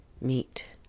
meet